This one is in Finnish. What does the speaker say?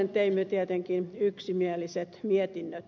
teimme tietenkin yksimieliset mietinnöt